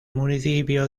municipio